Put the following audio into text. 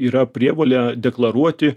yra prievolė deklaruoti